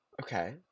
Okay